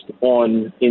on